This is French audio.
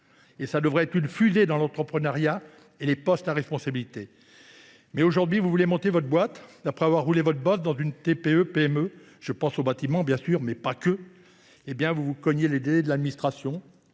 devrait être une fusée vers l’entrepreneuriat et les postes à responsabilités. Aujourd’hui, vous voulez monter votre boîte après avoir roulé votre bosse dans une TPE PME – je pense au bâtiment bien sûr, mais pas seulement –? Eh bien, vous vous cognez les délais de l’administration,